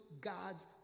God's